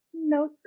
No